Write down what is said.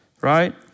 right